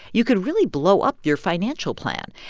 you could really blow up your financial plan.